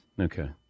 Okay